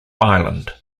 ireland